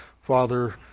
Father